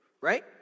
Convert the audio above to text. right